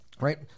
Right